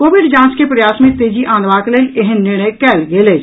Covid जांच के प्रयास मे तेजी आनबाक लेल एहेन निर्णय कयल गेल अछि